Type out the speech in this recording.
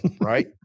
Right